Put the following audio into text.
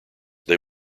they